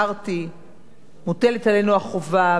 מוטלת עלינו החובה, ועלי כשרת התרבות,